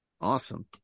Awesome